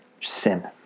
sin